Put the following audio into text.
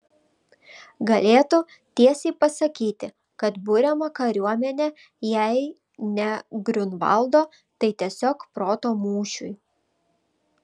galėtų tiesiai pasakyti kad buriama kariuomenė jei ne griunvaldo tai tiesiog proto mūšiui